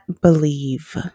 believe